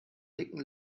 dicken